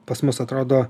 pas mus atrodo